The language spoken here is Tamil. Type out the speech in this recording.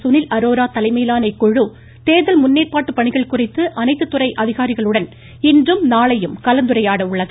சுனில் அரோரா தலைமையிலான இக்குழு தேர்தல் முன்னேற்பாட்டு பணிகள் குறித்து அனைத்து துறை அதிகாரிகளுடன் இன்றும் நாளையும் கலந்துரையாட உள்ளது